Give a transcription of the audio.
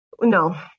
No